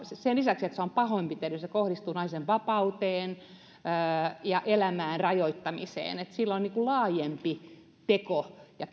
sen lisäksi että se on pahoinpitely kohdistuu naisen vapauteen ja elämän rajoittamiseen se on laajempi teko ja